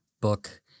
book